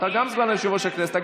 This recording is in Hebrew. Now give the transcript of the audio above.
אתה גם סגן יושב-ראש הכנסת,